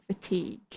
fatigue